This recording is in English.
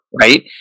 right